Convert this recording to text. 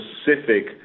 specific